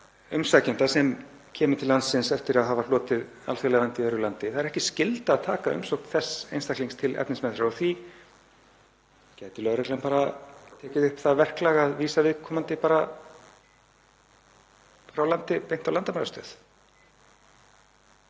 umsækjanda sem kemur til landsins eftir að hafa hlotið alþjóðlega vernd í öðru landi og ekki skylda að taka umsókn þess einstaklings til efnismeðferðar. Því gæti lögreglan bara tekið upp það verklag að vísa viðkomandi frá landi beint á landamærastöð.